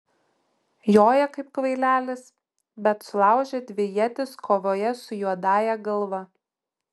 joja kaip kvailelis bet sulaužė dvi ietis kovoje su juodąja galva